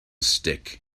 stick